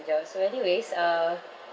peter so anyways uh